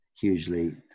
hugely